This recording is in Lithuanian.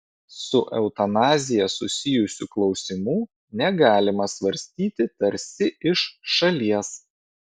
su eutanazija susijusių klausimų negalima svarstyti tarsi iš šalies